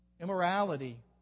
Immorality